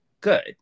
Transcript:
good